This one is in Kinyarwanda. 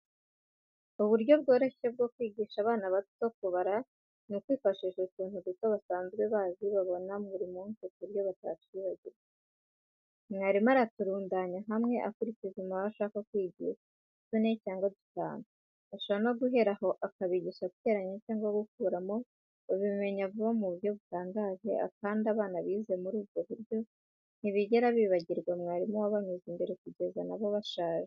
Uburyo bworoshye bwo kwigisha abana bato kubara ni ukwifashisha utuntu duto basanzwe bazi, babona buri munsi ku buryo batatwibagirwa. Mwarimu aturundanya hamwe akurikije umubare ashaka kwigisha, tune cyangwa dutanu, ashobora no guhera aho akabigisha guteranya cyangwa gukuramo, babimenya vuba mu buryo butangaje, kandi abana bize gutyo ntibigera bibagirwa mwarimu wabanyuze imbere kugeza na bo bashaje.